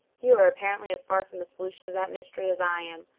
you are apparently as far from the solution of that mystery as i am,